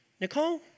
Nicole